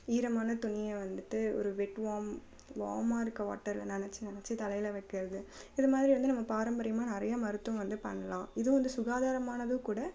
ஈரமான துணியை வந்துட்டு ஒரு வெட் வார்ம் வார்ம்மாக இருக்க வாட்டர்ல நனைச்சி நனைச்சி தலையில் வைக்கிறது இது மாதிரி வந்து நம்ம பாரம்பரியமாக நிறைய மருத்துவம் வந்து பண்ணலாம் இதுவும் வந்து சுகாதாரமானதும் கூட